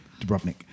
Dubrovnik